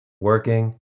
working